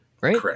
right